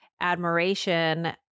admiration